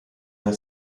der